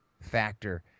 factor